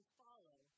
follow